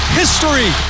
history